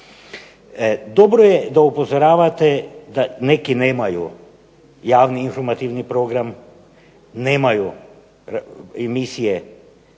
Dobro je da upozoravate da neki nemaju javni informativni program, nemaju emisije